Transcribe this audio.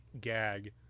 gag